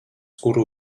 kuru